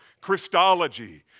Christology